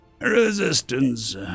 Resistance